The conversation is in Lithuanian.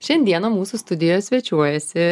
šiandieną mūsų studijoje svečiuojasi